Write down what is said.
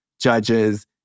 judges